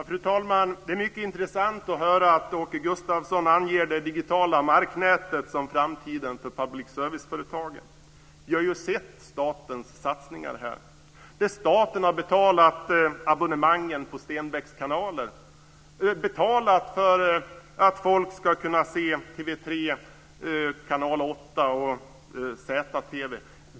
Fru talman! Det är mycket intressant att höra att Åke Gustavsson anger det digitala marknätet som framtiden för public service-företagen. Vi har ju sett statens satsningar, där staten har betalat abonnemangen på Stenbecks kanaler, betalat för att människor ska kunna se TV 3, Kanal 8 och ZTV.